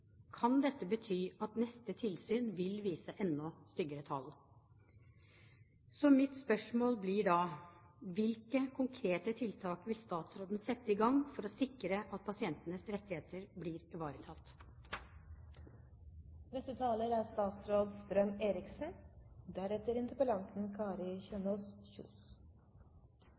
Kan dette bety at neste tilsyn vil vise enda styggere tall? Så mitt spørsmål blir da: Hvilke konkrete tiltak vil statsråden sette i gang for å sikre at pasientenes rettigheter blir